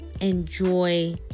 enjoy